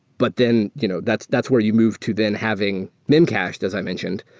but then you know that's that's where you moved to then having memcached, as i mentioned,